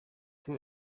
two